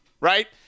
right